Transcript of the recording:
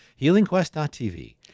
healingquest.tv